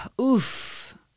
Oof